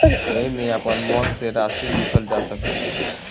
एईमे आपन मन से राशि लिखल जा सकेला